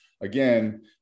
again